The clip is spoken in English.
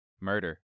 murder